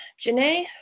Janae